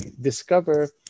Discover